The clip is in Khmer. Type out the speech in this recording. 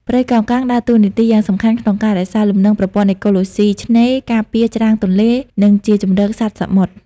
ព្រៃកោងកាងដើរតួនាទីយ៉ាងសំខាន់ក្នុងការរក្សាលំនឹងប្រព័ន្ធអេកូឡូស៊ីឆ្នេរ ការពារច្រាំងទន្លេ និងជាជម្រកសត្វសមុទ្រ។